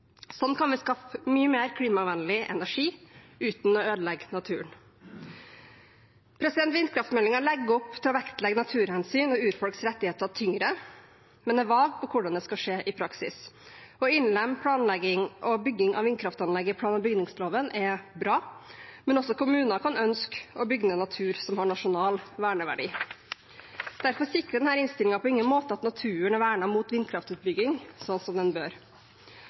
Sånn kan vi skaffe mye mer klimavennlig energi uten å ødelegge naturen. Vindkraftmeldingen legger opp til å vektlegge naturhensyn og urfolks rettigheter tyngre, men er vag på hvordan det skal skje i praksis. Å innlemme planlegging og bygging av vindkraftanlegg i plan- og bygningsloven er bra, men også kommuner kan ønske å bygge ned natur som har nasjonal verneverdi. Derfor sikrer denne innstillingen på ingen måte at naturen er vernet mot vindkraftutbygging, sånn som den bør.